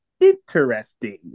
interesting